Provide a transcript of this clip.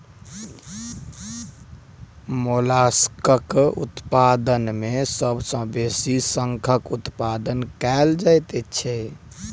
मोलास्कक उत्पादन मे सभ सॅ बेसी शंखक उत्पादन कएल जाइत छै